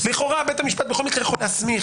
לכאורה, בית המשפט בכל מקרה יכול להסמיך.